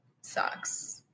Sucks